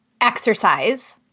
Exercise